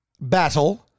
battle